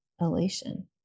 elation